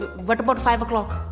what about five o'clock?